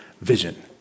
vision